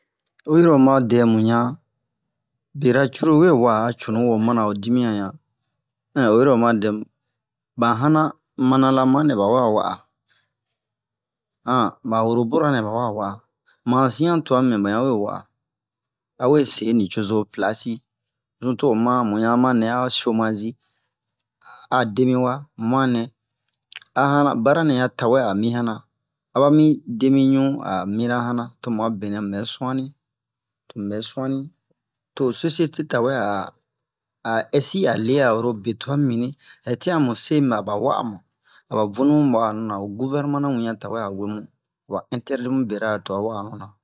oyiro oma dɛmu yan bera cruru we wa'a a cunuwo mana o dimiyan yan oyiro oma dɛmu ba hanan manalaman nɛ bawa wa'a ba worobora nɛ bawa wa'a mazian tua mimi bayan we wa'a awe se ni cozo plasi zuto'o ma muyan manɛ a'o chomage ademi wa muma nɛ a hanan bara nɛya tawe ami yanan aba mi demi ɲu amina hanan tomu'a benɛ mubɛ suani tomu bɛ suani to'o societe tawe a ɛsi a lea oro betuan mimini ɛtian mu se miba aba wa'amu aba vunumu wa'anu na ho guvɛrnernan wian tawe awemu aba interdit mubera tuan wa'anu na